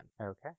okay